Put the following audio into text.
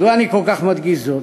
מדוע אני כל כך מדגיש זאת?